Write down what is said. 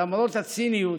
למרות הציניות,